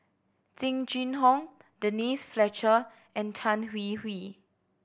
Jing Jun Hong Denise Fletcher and Tan Hwee Hwee